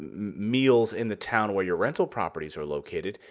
meals in the town where your rental properties are located.